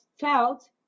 felt